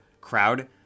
crowd